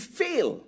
fail